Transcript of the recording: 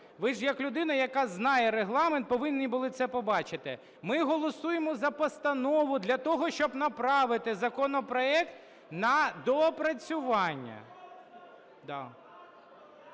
ви ж як людина, яка знає Регламент, повинні були це побачити. Ми голосуємо за постанову для того, щоб направити законопроект на доопрацювання.